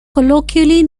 colloquially